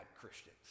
Christians